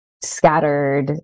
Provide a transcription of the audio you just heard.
Scattered